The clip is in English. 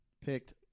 picked